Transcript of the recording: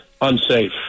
unsafe